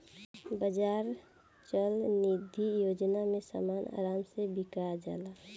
बाजार चल निधी योजना में समान आराम से बिका जाला